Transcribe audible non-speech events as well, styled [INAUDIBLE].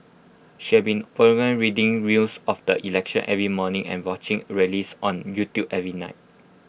she had been [UNINTELLIGIBLE] reading rails of the election every morning and watching rallies on YouTube every night